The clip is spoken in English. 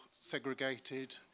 segregated